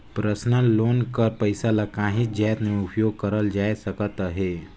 personal loan कर पइसा ल काहींच जाएत में उपयोग करल जाए सकत अहे